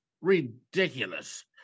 ridiculous